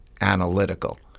analytical